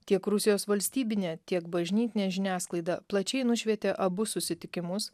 tiek rusijos valstybinė tiek bažnytinė žiniasklaida plačiai nušvietė abu susitikimus